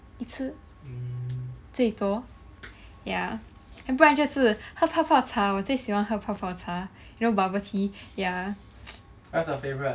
一次最多 ya and 不然就是喝泡泡茶我最喜欢喝泡泡茶 you know bubble tea ya